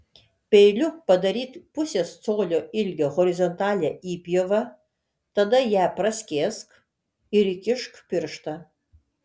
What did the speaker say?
peiliu padaryk pusės colio ilgio horizontalią įpjovą tada ją praskėsk ir įkišk pirštą